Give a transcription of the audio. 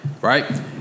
Right